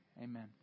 Amen